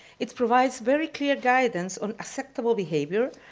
it provides very clear guidance on acceptable behavior,